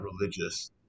religious